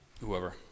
whoever